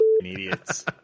idiots